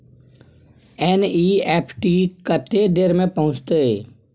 NEFT कत्ते देर में पहुंचतै?